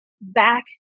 back